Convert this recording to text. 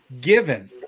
given